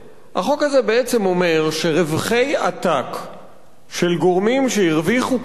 החוק הזה בעצם אומר שרווחי עתק של גורמים שהרוויחו כסף